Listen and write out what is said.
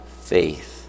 faith